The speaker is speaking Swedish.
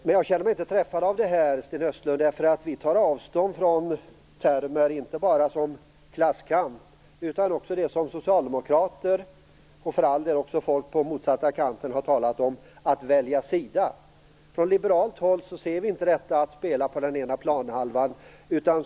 Men jag känner mig inte träffad av det här, Sten Östlund, därför att vi tar avstånd inte bara från termer som klasskamp utan också från det som socialdemokrater - och för all del också folk på den motsatta kanten - har talat om: att välja sida. Från liberalt håll ser vi inte detta som att spela på den ena eller den andra planhalvan.